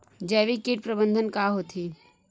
जैविक कीट प्रबंधन का होथे?